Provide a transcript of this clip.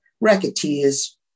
racketeers